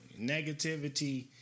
Negativity